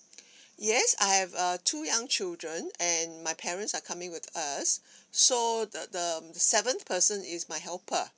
yes I have err two young children and my parents are coming with us so the the seventh person is my helper